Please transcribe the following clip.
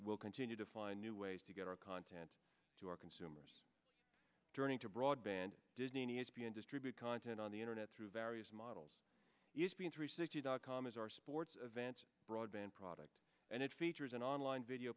will continue to find new ways to get our content to our consumers durning to broadband disney an e s p n distribute content on the internet through various models three sixty dot com is our sports event broadband product and it features an online video